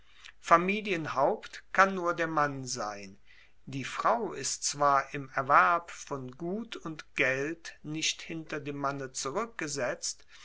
familienhaupt kann nur der mann sein die frau ist zwar im erwerb von gut und geld nicht hinter dem manne zurueckgesetzt